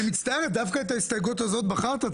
מצטער, דווקא את ההסתייגות הזאת בחרת?